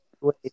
wait